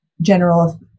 general